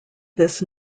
this